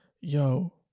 yo